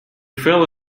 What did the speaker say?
fell